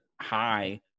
high